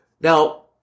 Now